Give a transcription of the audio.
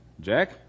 Jack